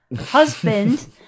husband